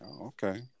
Okay